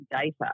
data